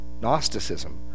Gnosticism